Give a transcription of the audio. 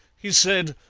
he said,